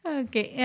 okay